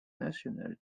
nationale